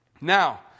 Now